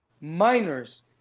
miners